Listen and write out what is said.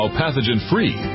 pathogen-free